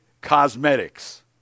cosmetics